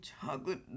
chocolate